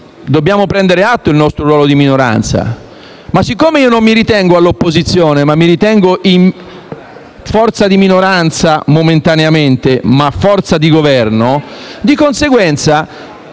dobbiamo prendere atto del nostro ruolo di minoranza, tuttavia, siccome io non mi ritengo all'opposizione, ma mi ritengo in forza di minoranza, momentaneamente, ma di Governo, ritengo